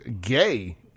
gay